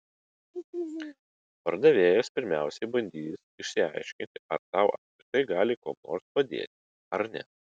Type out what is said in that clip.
pardavėjas pirmiausiai bandys išsiaiškinti ar tau apskritai gali kuom nors padėti ar ne